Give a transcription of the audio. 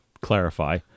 clarify